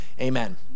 Amen